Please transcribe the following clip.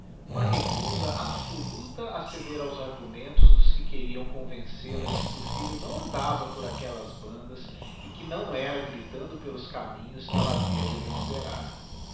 uma recusa absoluta a ceder aos argumentos dos que queriam convencel a de que o fllho não andava por aquellas bandas e que não era gritando pelos caminhos que ella havia de o recuperar